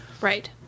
Right